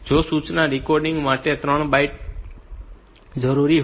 તો આ સૂચનાના કોડિંગ માટે માત્ર 3 બાઇટ્સ જરૂરી હોય છે